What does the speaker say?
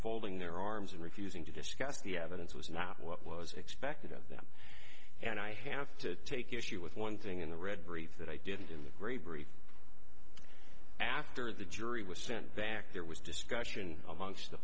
folding their arms and refusing to discuss the evidence was not what was expected of them and i have to take issue with one thing in the red brief that i did in the gray brief after the jury was sent back there was discussion amongst the